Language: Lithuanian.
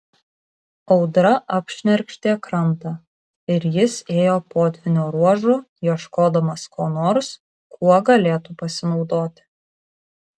audra apšnerkštė krantą ir jis ėjo potvynio ruožu ieškodamas ko nors kuo galėtų pasinaudoti